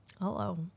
hello